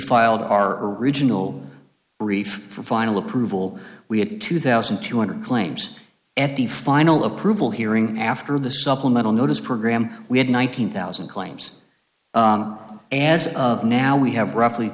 filed our original brief for final approval we had two thousand two hundred claims at the final approval hearing after the supplemental notice program we had nine hundred thousand claims as of now we have roughly